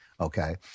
Okay